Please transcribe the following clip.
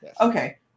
Okay